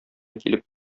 килеп